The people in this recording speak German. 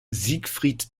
siegfried